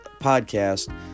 podcast